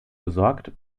gesorgt